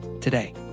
today